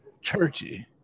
churchy